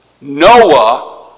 Noah